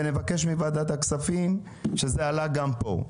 ונבקש מוועדת הכספים ונאמר שזה עלה גם פה.